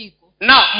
Now